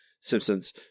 Simpsons